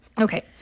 Okay